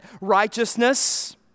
righteousness